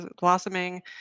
blossoming